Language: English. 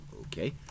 okay